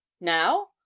Now